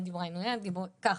ככה.